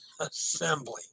Assembly